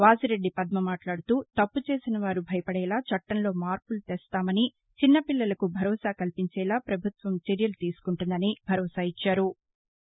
వాసిరెడ్డి పద్మ మాట్లాడుతూ తప్పుచేసినవారు భయపదేలా చట్టంలో మార్పులు తెస్తామని చిన్న పిల్లలకు భరోసా కల్పించేలా ప్రభుత్వం చర్యలు తీసుకుంటుందని ఆమె పేర్కొన్నారు